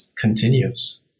continues